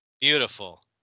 beautiful